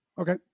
Okay